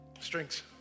strings